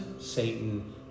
Satan